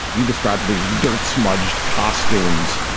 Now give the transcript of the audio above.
you described these dirt smudged costumes.